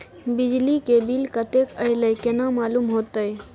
बिजली के बिल कतेक अयले केना मालूम होते?